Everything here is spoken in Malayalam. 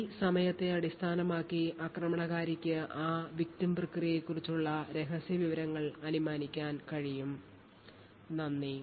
ഈ സമയത്തെ അടിസ്ഥാനമാക്കി ആക്രമണകാരിക്ക് ആ victim പ്രക്രിയയെക്കുറിച്ചുള്ള രഹസ്യ വിവരങ്ങൾ അനുമാനിക്കാൻ കഴിയും നന്ദി